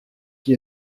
qui